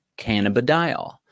cannabidiol